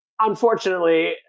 unfortunately